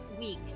week